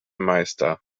meister